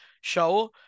show